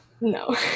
No